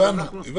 יואב, הבנו.